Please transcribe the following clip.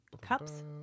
Cups